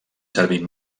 servir